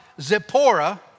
Zipporah